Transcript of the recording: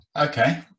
Okay